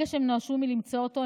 ברגע שהם נואשו מלמצוא אותו,